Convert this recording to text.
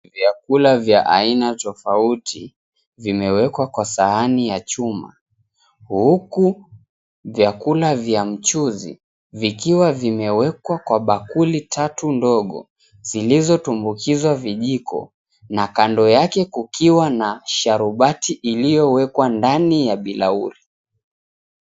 Vyakula vya aina tofauti, vimewekwa kwa sahani ya chuma huku vyakula vya mchuzi vikiwa vimewekwa kwa bakuli tatu ndogo zilizotumbukizwa vijiko na kando yake kukiwa na sharubati iliyowekwa ndani ya birauli.